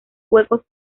huecos